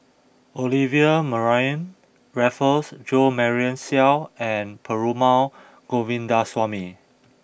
Olivia Mariamne Raffles Jo Marion Seow and Perumal Govindaswamy